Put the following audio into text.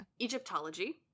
Egyptology